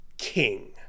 king